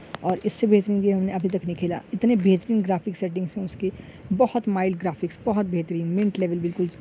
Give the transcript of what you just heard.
اور اس سے بہترین گیم ہم نے ابھی تک نہیں کھیلا اتنے بہترین گرافکس سیٹنگس ہے اس کی بہت مائل گرافکس بہت بہترین منٹ لیلول بالکل